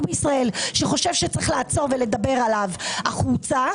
בישראל שחושב שצריך לעצור ולדבר עליו החוצה,